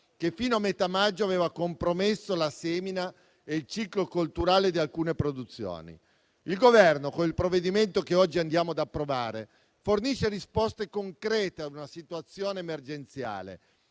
che fino a metà maggio aveva compromesso la semina e il ciclo colturale di alcune produzioni. Il Governo, con il provvedimento che oggi andiamo ad approvare, fornisce risposte concrete a una situazione emergenziale,